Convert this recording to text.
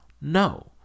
no